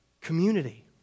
community